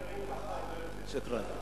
בשפה הערבית: תוספת הנשיא.